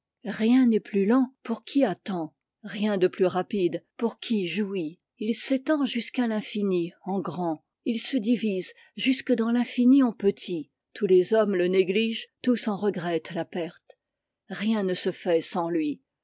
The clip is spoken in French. rien n'est plus lent pour qui attend rien de plus rapide pour qui jouit il s'étend jusqu'à l'infini en grand il se divise jusque dans l'infini en petit tous les hommes le négligent tous en regrettent la perte rien ne se fait sans lui